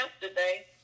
yesterday